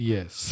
Yes